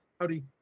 Howdy